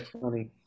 funny